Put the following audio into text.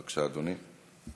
בבקשה, אדוני.